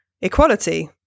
equality